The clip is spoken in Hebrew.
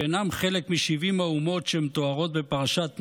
שאינם חלק מ-70 האומות שמתוארות בפרשת נח,